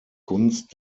gunst